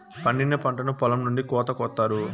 పండిన పంటను పొలం నుండి కోత కొత్తారు